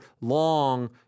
long